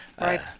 Right